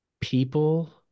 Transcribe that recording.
People